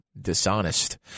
dishonest